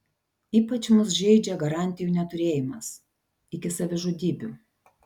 ypač mus žeidžia garantijų neturėjimas iki savižudybių